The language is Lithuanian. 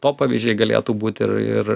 to pavyzdžiai galėtų būti ir ir